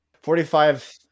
Forty-five